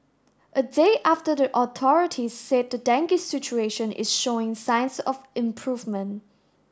a day after the authorities said the dengue situation is showing signs of improvement